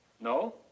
No